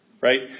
Right